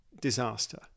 disaster